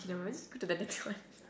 okay nevermind just go to the next one